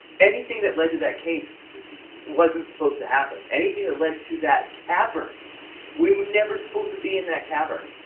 anything that led to that case wasn't supposed to happen. anything that led to that cavern we were never supposed to be in that cavern!